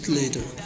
later